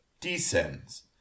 descends